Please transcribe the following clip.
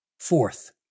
Fourth